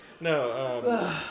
no